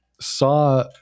saw